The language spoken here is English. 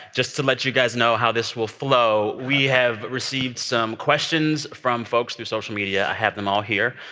just to let you guys know how this will flow, we have received some questions from folks through social media. i have them all here.